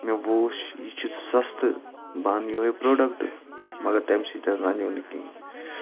مےٚ وُچھ یہِ چھِ سَستہٕ بہٕ اَنہٕ یوٚہَے پروڈَکٹ مگر تمہِ سٟتۍ نہِ حَظ اَندِیو نہٕ کِہیٖنۍ